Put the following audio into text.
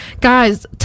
guys